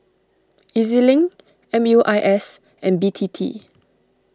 E Z Link M U I S and B T T